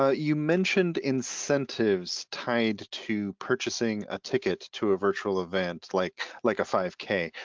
ah you mentioned incentives tied to purchasing a ticket to a virtual event like like a five k,